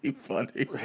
funny